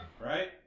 right